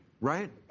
Right